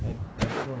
I I don't know